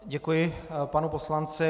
Děkuji panu poslanci.